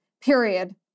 period